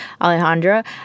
alejandra